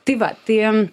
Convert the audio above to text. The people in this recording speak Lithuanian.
tai va tai